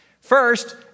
First